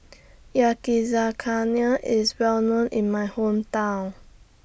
Yakizakana IS Well known in My Hometown